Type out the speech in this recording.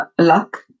luck